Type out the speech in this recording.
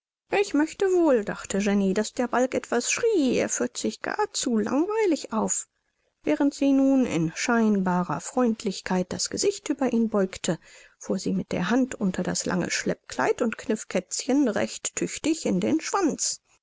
ich möchte wohl dachte jenny daß der balg etwas schrie er führt sich gar zu langweilig auf während sie nun in scheinbarer freundlichkeit das gesicht über ihn beugte fuhr sie mit der hand unter das lange schleppkleid und kniff kätzchen recht tüchtig in den schwanz